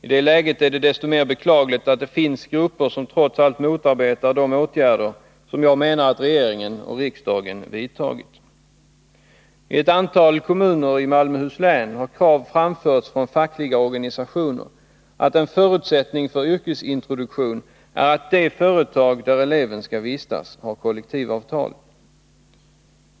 I det läget är det desto mer beklagligt att det finns grupper som motarbetar de åtgärder som regeringen och riksdagen fattat beslut om. I ett antal kommuner i Malmöhus län har krav framförts från fackliga organisationer, att en förutsättning för yrkesintroduktion skall vara att det företag där eleven skall vistas har kollektivavtal.